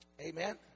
Amen